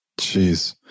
Jeez